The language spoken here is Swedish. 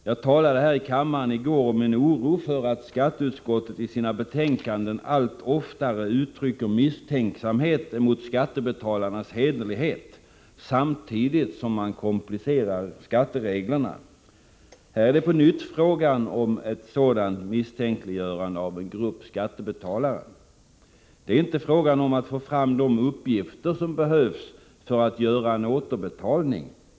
Jag talade här i kammaren i går om min oro för att skatteutskottet i sina betänkanden allt oftare uttrycker misstänksamhet mot skattebetalarnas hederlighet samtidigt som man komplicerar skattereglerna. Här är det på nytt fråga om ett sådant misstänkliggörande av en grupp skattebetalare. Det är inte fråga om att få fram de uppgifter som behövs för att göra en återbetalning.